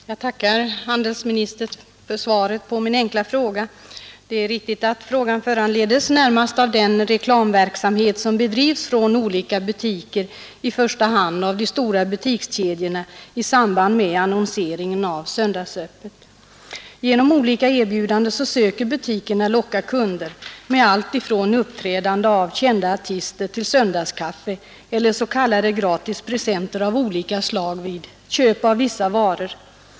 Herr talman! Jag tackar handelsministern för svaret på min enkla fråga. Det är riktigt att frågan närmast föranleddes av den reklamverksamhet som bedrivs av olika butiker, i första hand av de stora butikskedjorna i samband med annonseringen om söndagsöppet. Genom olika erbjudanden söker butikerna locka kunder med allt från uppträdande av kända artister till söndagskaffe eller s.k. gratis presenter av olika slag vid köp av vissa varor.